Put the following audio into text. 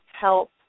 help